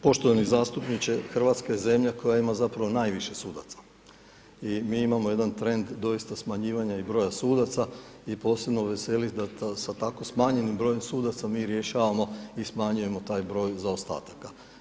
Poštovani zastupniče, Hrvatska je zemlja koja ima zapravo najviše sudaca i mi imamo jedan trend doista smanjivanja i broja sudaca i posebno veseli da sa tako smanjenim brojem sudaca, mi rješavamo i smanjujemo taj broj zaostataka.